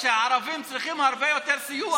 עולים להתגאות בזה?